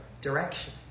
direction